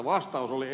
vastaus oli